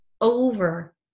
over